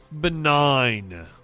benign